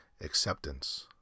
Acceptance